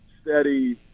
steady